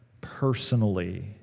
personally